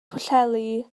pwllheli